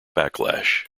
backlash